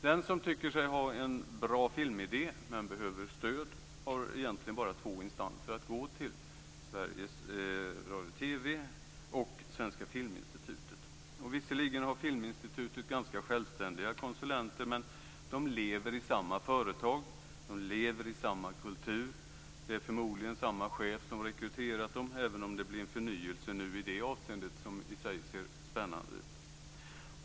Den som tycker sig ha en bra filmidé, men behöver stöd, har egentligen bara två instanser att gå till: Sveriges Television och Visserligen har Filminstitutet ganska självständiga konsulenter, men de lever i samma företag, de lever i samma kultur och det är förmodligen samma chef som har rekryterat dem - även om det nu blir en förnyelse i det avseendet som i sig ser spännande ut.